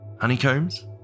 Honeycombs